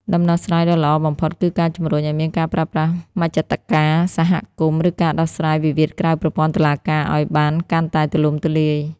ដំណោះស្រាយដ៏ល្អបំផុត គឺការជម្រុញឱ្យមានការប្រើប្រាស់មជ្ឈត្តការសហគមន៍ ឬការដោះស្រាយវិវាទក្រៅប្រព័ន្ធតុលាការឱ្យបានកាន់តែទូលំទូលាយ។